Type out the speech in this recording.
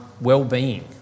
well-being